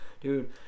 Dude